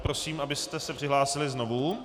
Prosím, abyste se přihlásili znovu.